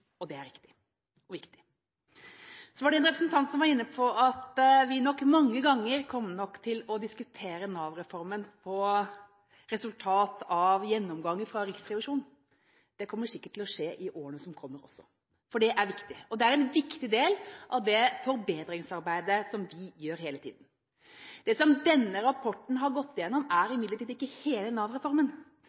Det er riktig og viktig. Så var det en representant som var inne på at vi nok mange ganger kommer til å diskutere Nav-reformen og resultater av gjennomganger fra Riksrevisjonen. Det kommer sikkert til å skje i årene som kommer også, for det er viktig, og det er en viktig del av det forbedringsarbeidet som vi gjør hele tiden. Det som denne rapporten har gått gjennom, er imidlertid ikke hele